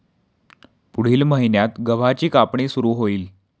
पुढील महिन्यात गव्हाची कापणी सुरू होईल